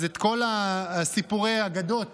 אז את כל סיפורי האגדות